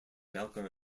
malcolm